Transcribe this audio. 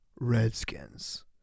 Redskins